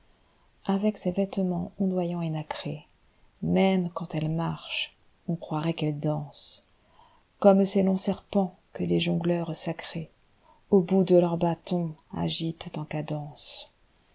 avec ses vêtements ondoyants et nacrés même quand elle marche on croirait qu'elle danse comme ces longs serpents que les jongleurs sacrésau bout de leurs bâtons agitent en cadence